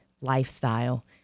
lifestyle